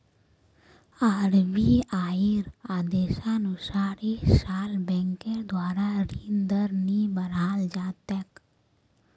आरबीआईर आदेशानुसार इस साल बैंकेर द्वारा ऋण दर नी बढ़ाल जा तेक